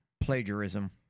Plagiarism